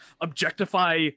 objectify